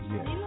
Yes